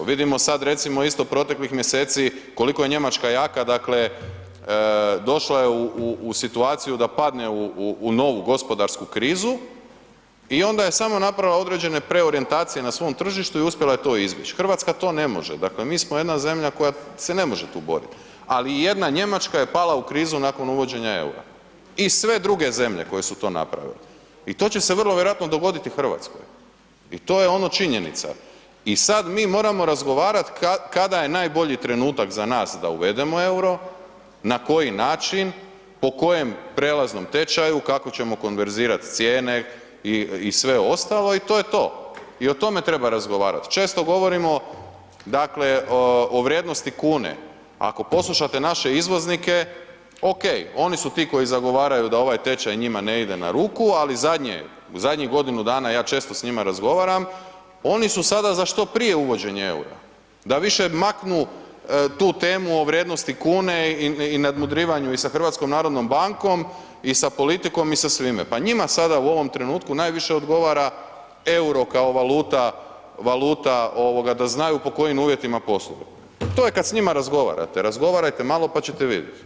Vidimo sad recimo isto proteklih mjeseci koliko je Njemačka jaka, dakle došla je u, u, u situaciju da padne u, u, u novu gospodarsku krizu i onda je samo napravila određene preorijentacije na svom tržištu i uspjela je to izbjeć, RH to ne može, dakle mi smo jedan zemlja koja se ne može tu borit, ali jedna Njemačka je pala u krizu nakon uvođenja EUR-a i sve druge zemlje koje su to napravile i to će se vrlo vjerojatno dogoditi i RH i to je ono činjenica i sad mi moramo razgovarat kada je najbolji trenutak za nas da uvedemo EUR-o, na koji način, po kojem prelaznom tečaju, kako ćemo konverzirat cijene i sve ostalo i to je to i o tome treba razgovarat, često govorimo, dakle o vrijednosti kune, ako poslušate naše izvoznike okej, oni su ti koji zagovaraju da ovaj tečaj njima ne ide na ruku, ali zadnje, u danjih godinu dana ja često s njima razgovaram, oni su sada za što prije uvođenje EUR-a da više maknu tu temu o vrijednosti kune i nadmudrivanju i sa HNB-om i sa politikom i sa svime, pa njima sada u ovom trenutku najviše odgovara EUR-o kao valuta, valuta ovoga da znaju pod kojim uvjetima posluju, to je kad s njima razgovarate, razgovarajte malo, pa ćete vidjet.